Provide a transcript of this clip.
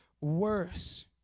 worse